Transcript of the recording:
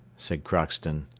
said crockston.